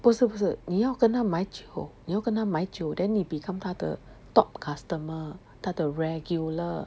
不是不是你要跟他买久你要跟他买久 then you become 他的 top customer 他的 regular